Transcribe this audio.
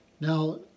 Now